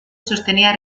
sostenía